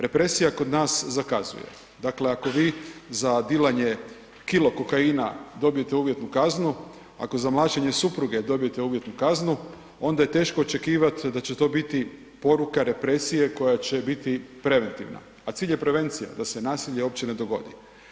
Represija kod nas zakazuje, dakle ako vi za dilanje kilo kokaina dobijete uvjetnu kaznu, ako za mlaćenje supruge dobijete uvjetnu kaznu, onda je teško očekivat da će to biti poruka represije koja će biti preventivna, a cilj je prevencija da se nasilje uopće ne dogodi.